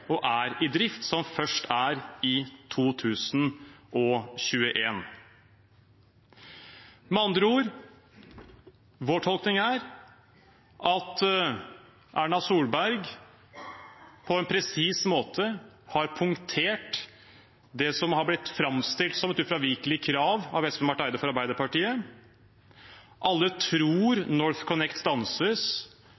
er ferdige og i drift, som først er i 2021. Med andre ord: Vår tolkning er at Erna Solberg på en presis måte har punktert det som har blitt framstilt som et ufravikelig krav av Espen Barth Eide fra Arbeiderpartiet. Alle tror